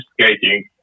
skating